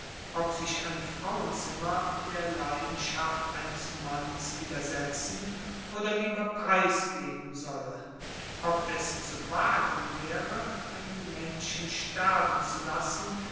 ob sich ein frauenzimmer der leidenschaft eines manns widersetzen oder lieber preisgeben solle ob es zu wagen wäre einen menschen sterben zu lassen